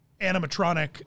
animatronic